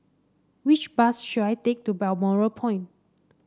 which bus should I take to Balmoral Point